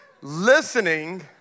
Listening